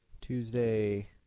Tuesday